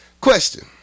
Question